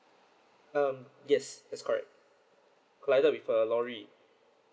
um yes that's correct collided with a lorry